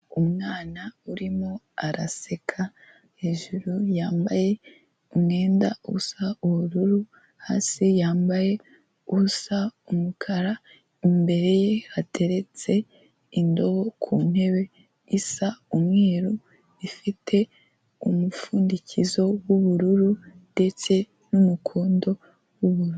Umwana urimo araseka, hejuru yambaye umwenda usa ubururu, hasi yambaye usa umukara, imbere ye hateretse indobo ku ntebe isa umweru, ifite umupfundikizo w'ubururu ndetse n'umukondo w'ubururu.